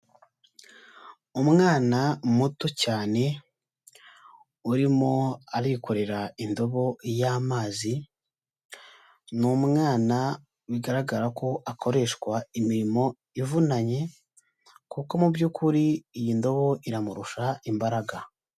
Umwana muto cyane urimo arikorera indobo y'amazi, ni umwana bigaragara ko akoreshwa imirimo ivunanye kuko mu by'ukuri iyi ndobo iramurusha imbaraga.